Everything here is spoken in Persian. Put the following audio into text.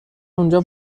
اونجا